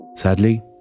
Sadly